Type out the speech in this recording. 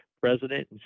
president